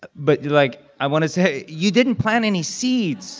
but, like, i want to say, you didn't plant any seeds